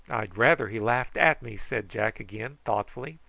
i'd rather he laughed at me, said jack again thoughtfully